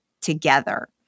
together